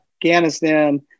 Afghanistan